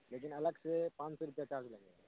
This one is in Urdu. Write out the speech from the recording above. لیکن الگ سے پانچ سو روپیہ چارج لگے گا